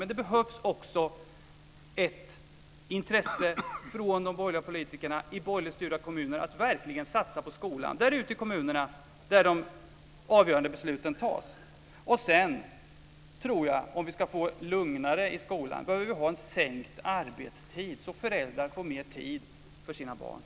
Men det behövs också ett intresse från de borgerliga politikerna i borgerligt styrda kommuner att verkligen satsa på skolan där ute i kommunerna där de avgörande besluten fattas. Om vi ska få det lugnare i skolan så tror jag också att vi behöver ha en sänkt arbetstid så att föräldrar får mer tid för sina barn.